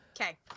Okay